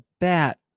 bat